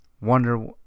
Wonder